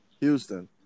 Houston